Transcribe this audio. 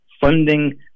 funding